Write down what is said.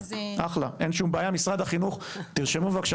אגף התקציבים, תרשמו, בבקשה,